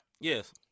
yes